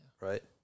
right